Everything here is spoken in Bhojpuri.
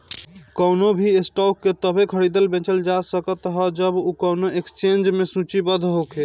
कवनो भी स्टॉक के तबे खरीदल बेचल जा सकत ह जब उ कवनो एक्सचेंज में सूचीबद्ध होखे